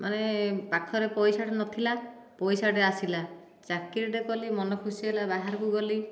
ମାନେ ପାଖରେ ପଇସାଟିଏ ନଥିଲା ପଇସାଟିଏ ଆସିଲା ଚାକିରିଟିଏ କଲି ମନ ଖୁସି ହେଲା ବାହାରକୁ ଗଲି